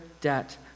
debt